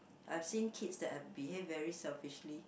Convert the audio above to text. I've seen kids that have behaved very selfish